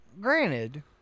Granted